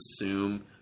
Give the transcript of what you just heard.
assume